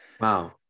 wow